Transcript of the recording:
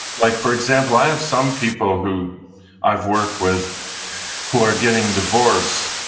like for example, i have some people who i've worked with who are getting divorced,